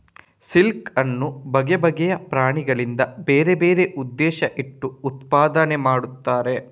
silk ಅನ್ನು ಬಗೆ ಬಗೆಯ ಪ್ರಾಣಿಗಳಿಂದ ಬೇರೆ ಬೇರೆ ಉದ್ದೇಶ ಇಟ್ಟು ಉತ್ಪಾದನೆ ಮಾಡ್ತಾರೆ